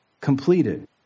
completed